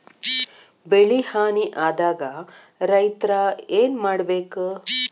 ಬೆಳಿ ಹಾನಿ ಆದಾಗ ರೈತ್ರ ಏನ್ ಮಾಡ್ಬೇಕ್?